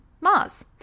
Mars